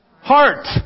heart